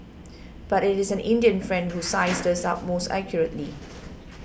but it is an Indian friend who sized us up most accurately